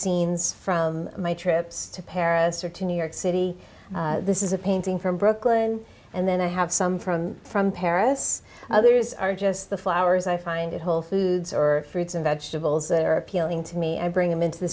scenes from my trips to paris or to new york city this is a painting from brooklyn and then i have some from from paris others are just the flowers i find it whole foods or fruits and vegetables that are appealing to me and bring them into the